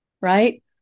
right